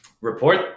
report